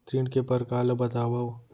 ऋण के परकार ल बतावव?